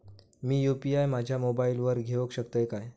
मी UPI माझ्या मोबाईलावर घेवक शकतय काय?